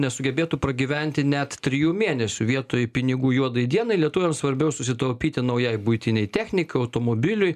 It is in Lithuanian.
nesugebėtų pragyventi net trijų mėnesių vietoj pinigų juodai dienai lietuviams svarbiau susitaupyti naujai buitinei technikai automobiliui